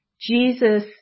Jesus